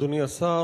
אדוני השר,